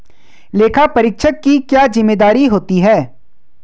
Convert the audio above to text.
लेखापरीक्षक की क्या जिम्मेदारी होती है?